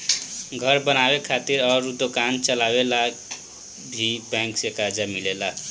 घर बनावे खातिर अउर दोकान चलावे ला भी बैंक से कर्जा मिलेला